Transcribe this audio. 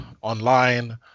online